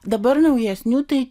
dabar naujesnių tai